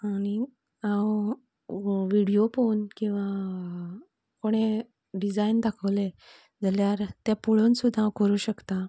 आनी हांव विडियो पळोवन किंवां कोणे डिझायन दाखयलें जाल्यार ते पळोवन सुद्दां हांव करूंक शकतां